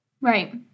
Right